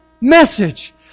message